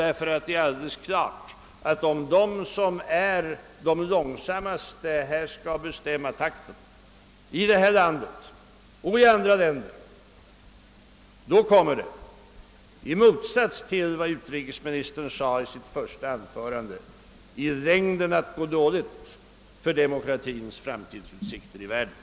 Om de som vill gå långsammast fram skall bestämma takten i det här landet och i andra länder, då kommer i framtiden — i motsats till de förhoppningar utrikesministern uttryckte i sitt anförande — demokratins utsikter i världen att vara dåliga.